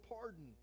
pardon